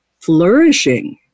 flourishing